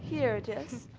here it is.